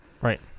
Right